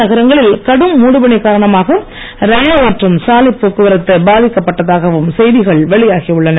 நகரங்களில் கடும் மூடுபனி காரணமாக ரயில் மற்றும் சாலை போக்குவரத்து பாதிக்கப்பட்டதாகவும் செய்திகள் வெளியாகியுள்ளன